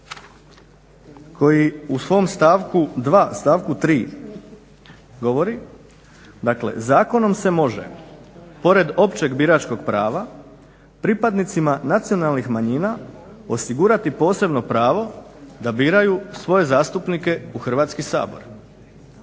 koji u svom stavku 2., stavku 3. govori, dakle zakonom se može pored općeg biračkog prava pripadnicima nacionalnih manjina osigurati posebno pravo da biraju svoje zastupnike u Hrvatski sabor.